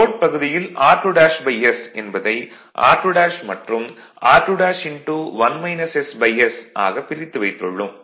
load பகுதியில் r2s என்பதை r2மற்றும் r2s ஆக பிரித்து வைத்துள்ளோம்